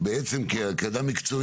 ככל הנראה